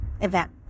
event